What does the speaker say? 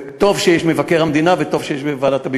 וטוב שיש מבקר המדינה וטוב שיש את ועדת הביקורת.